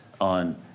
on